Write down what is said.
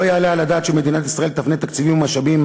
לא יעלה על הדעת שמדינת ישראל תפנה תקציבים ומשאבים